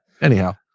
anyhow